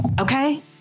Okay